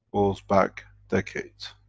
goes back decades.